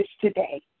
today